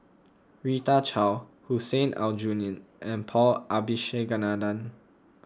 Rita Chao Hussein Aljunied and Paul Abisheganaden